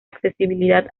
accesibilidad